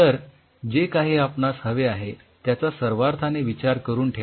तर जे काही आपणास हवे आहे त्याचा सर्वार्थाने विचार करून ठेवा